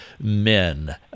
men